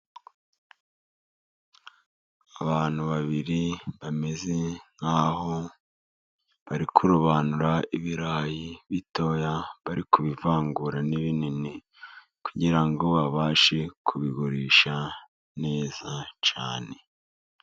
Abantu babiri， bameze nk'aho bari kurobanura ibirayi bitoya， bari kubivangura n'ibinini kugira ngo babashe，kubigurisha neza cyane.